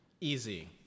Easy